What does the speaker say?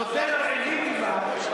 נותן לרעבים בלבד,